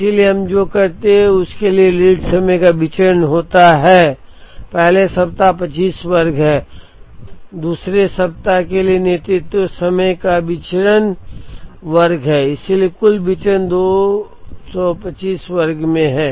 इसलिए हम जो करते हैं उसके लिए लीड समय का विचरण होता है संदर्भ स्लाइड समय 2925 पहला सप्ताह 25 वर्ग है 2 वें सप्ताह के लिए नेतृत्व समय का विचरण 25 वर्ग है इसलिए कुल विचरण 2 25 वर्ग में है